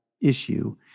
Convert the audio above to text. issue